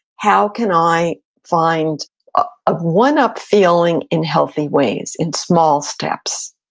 how can i find ah a one-up feeling in healthy ways in small steps?